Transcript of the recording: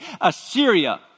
Assyria